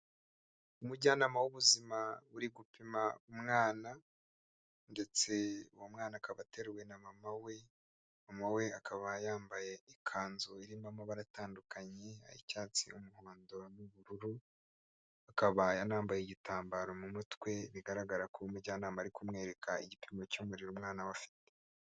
Umujyanama w'ubuzima uri gupima umwana ndetse uwo mwana akaba ateruwe na mama we, mama we akaba yambaye ikanzu irimo amabara atandukanye ay'icyatsi, umuhondo n'ubururu akaba anambaye igitambaro mu mutwe bigaragarako umujyanama ari kumwereka igipimo cy'umuriro mwana we afite.